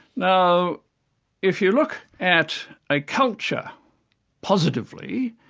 now if you look at a culture positively,